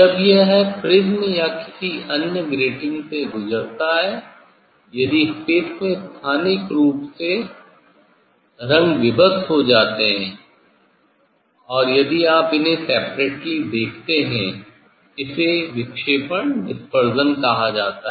जब यह प्रिज्म या किसी अन्य ग्रेटिंग से गुजरता है यदि स्पेस में स्थानिक रूप से रंग विभक्त हो जाते हैं यदि आप इन्हे सेपरटेली देखते हैं इसे विक्षेपण कहा जाता है